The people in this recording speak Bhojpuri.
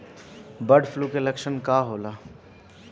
बर्ड फ्लू के लक्षण का होला?